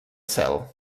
cel